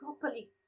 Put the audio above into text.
properly